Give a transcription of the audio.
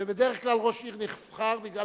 ובדרך כלל ראש עיר נבחר בגלל